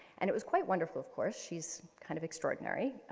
and it was quite wonderful of course. she's kind of extraordinary.